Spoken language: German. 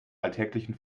alltäglichen